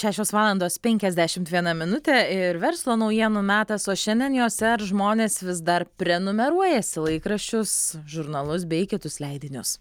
šešios valandos penkiasdešimt viena minutė ir verslo naujienų metas o šiandien jose ar žmonės vis dar prenumeruojasi laikraščius žurnalus bei kitus leidinius